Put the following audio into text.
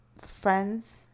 friends